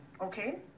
okay